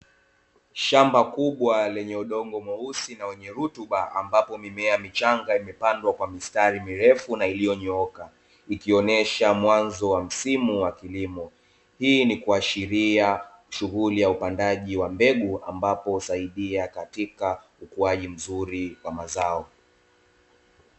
Shamba kubwa lenye udongo mweusi na wenye rutuba, ambapo mimea michanga imepandwa kwa mistari mirefu na iliyonyooka, ikionesha mwanzo wa msimu wa kilimo. Hii ni kuashiria shughuli ya upandaji wa mbegu; ambapo husaidia katika ukuaji mzuri wa mazao.